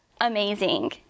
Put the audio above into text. amazing